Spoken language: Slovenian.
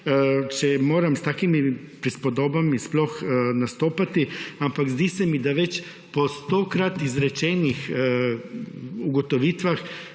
če moram s takimi prispodobami sploh nastopati, ampak zdi se mi, da več po stokrat izrečenih ugotovitvah